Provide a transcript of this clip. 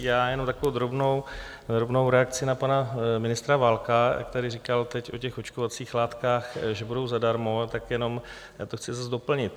Já jenom takovou drobnou reakci na pana ministra Válka, jak tady říkal teď o těch očkovacích látkách, že budou zadarmo, tak jenom to chci zase doplnit.